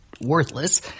worthless